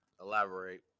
Elaborate